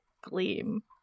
gleam